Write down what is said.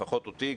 לפחות אותי,